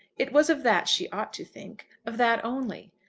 it was of that she ought to think of that only.